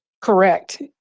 Correct